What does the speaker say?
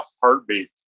heartbeat